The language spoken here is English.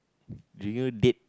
do you date